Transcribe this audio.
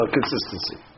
Consistency